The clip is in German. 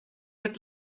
mit